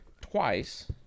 twice